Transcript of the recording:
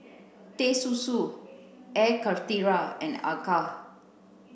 Teh Susu Air Karthira and Acar